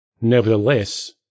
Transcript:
Nevertheless